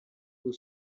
flue